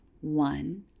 one